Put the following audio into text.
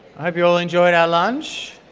hope you all enjoyed our lunch.